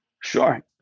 Sure